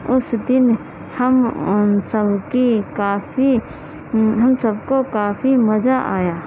اس دن ہم ان سب کی کافی ان سب کو کافی مزا آیا